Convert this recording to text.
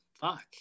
fuck